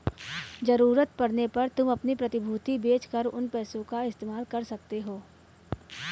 ज़रूरत पड़ने पर तुम अपनी प्रतिभूति बेच कर उन पैसों का इस्तेमाल कर सकते हो